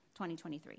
2023